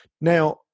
now